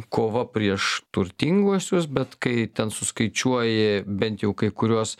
kova prieš turtinguosius bet kai ten suskaičiuoji bent jau kai kuriuos